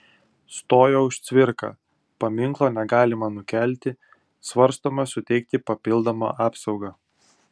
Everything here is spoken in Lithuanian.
stojo už cvirką paminklo negalima nukelti svarstoma suteikti papildomą apsaugą